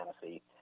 fantasy